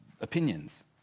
opinions